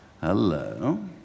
Hello